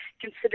consider